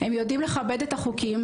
הם יודעים לכבד את החוקים,